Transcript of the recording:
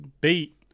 beat